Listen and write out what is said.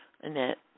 Annette